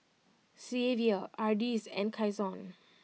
Xzavier Ardis and Kyson